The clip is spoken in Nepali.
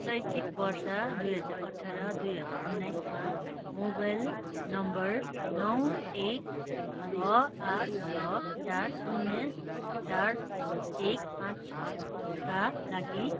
शैक्षिक वर्ष दुई हजार अठार दुई हजार उन्नाइसमा मोबाइल नम्बर नौ एक छ आठ छ चार शून्य चार एक पाँच छका लागि